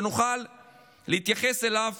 שנוכל להתייחס אליו